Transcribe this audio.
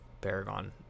paragon